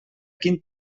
quin